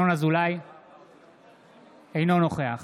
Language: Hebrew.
אינו נוכח